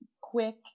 quick